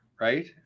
right